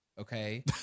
okay